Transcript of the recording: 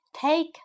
Take